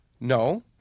No